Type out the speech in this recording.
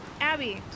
Abby